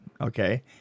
okay